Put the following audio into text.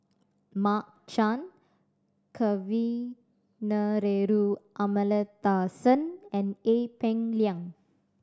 Mark Chan Kavignareru Amallathasan and Ee Peng Liang